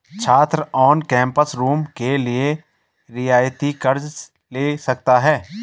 छात्र on campus room के लिए रियायती कर्ज़ ले सकता है